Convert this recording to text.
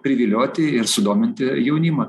privilioti ir sudominti jaunimą